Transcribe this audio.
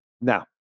now